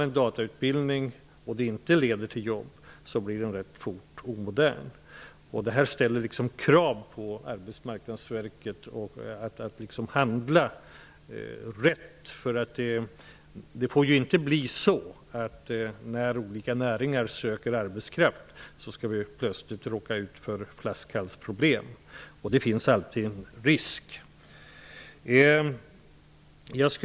En datautbildning som inte leder till jobb blir rätt så fort omodern. Detta ställer krav på Arbetsmarknadsverket att handla rätt. Det får inte bli så, att det plötsligt uppstår flaskhalsproblem när olika näringar söker arbetskraft. Det finns alltid en sådan risk.